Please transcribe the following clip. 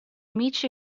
amici